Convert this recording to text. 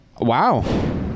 wow